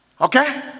Okay